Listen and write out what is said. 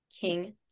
king